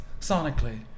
sonically